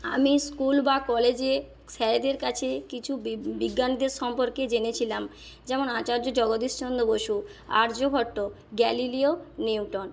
আমি স্কুল বা কলেজে স্যারেদের কাছে কিছু বিজ্ঞানীদের সম্পর্কে জেনেছিলাম যেমন আচার্য জগদীশচন্দ্র বসু আর্যভট্ট গ্যালিলিও নিউটন